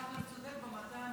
אתה צודק במאתיים